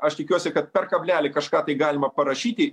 aš tikiuosi kad per kablelį kažką tai galima parašyti